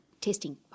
testing